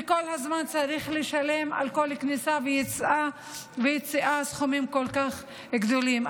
וכל הזמן צריך לשלם על כל כניסה ויציאה סכומים כל כך גדולים.